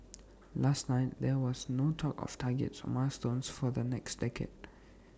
last night there was no talk of targets or milestones for the next decade